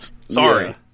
Sorry